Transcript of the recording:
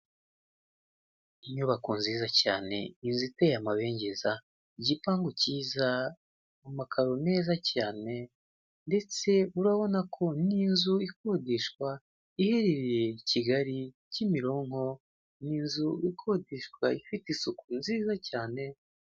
Inyubako nziza cyane, inzu iteye amabengeza igipangu cyiza, mu makaro meza cyane, ndetse urabona ko n'inzu ikodeshwa iherereye i Kigali, Kimironko. Ni inzu ikodeshwa ifite isuku nziza cyane.